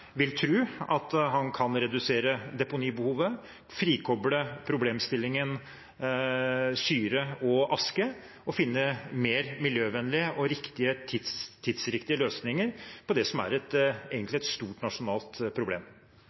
vil tro at han kan redusere deponibehovet, frikoble problemstillingen med syre og aske og finne mer miljøvennlige og tidsriktige løsninger på det som egentlig er et stort nasjonalt problem?